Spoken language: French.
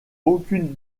aucune